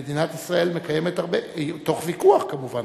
מדינת ישראל מקיימת הרבה, תוך ויכוח, כמובן.